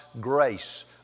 grace